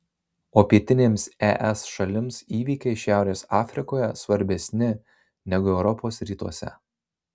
o pietinėms es šalims įvykiai šiaurės afrikoje svarbesni negu europos rytuose